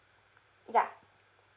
ya